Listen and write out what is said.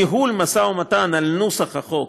ניהול משא ומתן על נוסח החוק